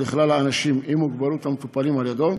לכלל האנשים עם מוגבלות המטופלים על ידו,